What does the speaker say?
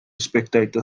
spectator